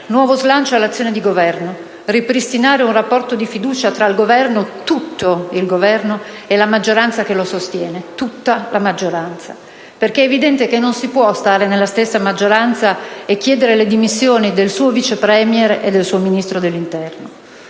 nuovo slancio all'azione di Governo, ripristinando un rapporto di fiducia tra il Governo, tutto il Governo, e la maggioranza, tutta la maggioranza che lo sostiene. È infatti evidente che non si può stare nella stessa maggioranza e chiedere le dimissioni del suo Vice-*Premier* e Ministro dell'interno.